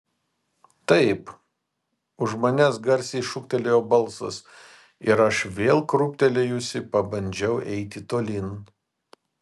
taip už manęs garsiai šūktelėjo balsas ir aš vėl krūptelėjusi pabandžiau eiti tolyn